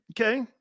Okay